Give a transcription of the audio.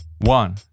one